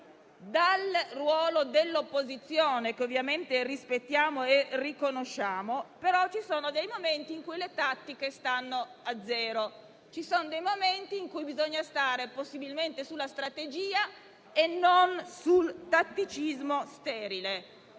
dal ruolo dell'opposizione, che ovviamente rispettiamo e riconosciamo, le tattiche stanno a zero; ci sono momenti in cui bisogna stare possibilmente sulla strategia e non sul tatticismo sterile.